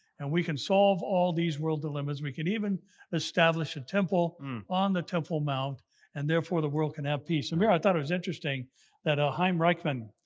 and we can solve all these world dilemmas. we can even establish a temple on the temple mount and therefore, the world can have peace. and i thought it was interesting that ah chaim richman,